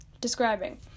describing